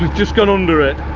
just gone under it.